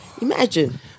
imagine